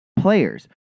players